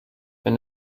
wenn